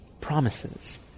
promises